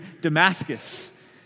Damascus